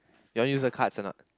you want to use the cards a not